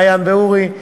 מעיין ואורי.